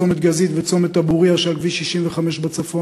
צומת גזית וצומת דבורייה שעל כביש 65 בצפון,